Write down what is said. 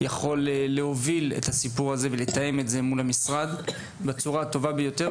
יכולים להוביל את הנושא הזה ולתאם את זה מול המשרד בצורה הטובה ביותר,